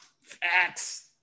Facts